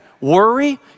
worry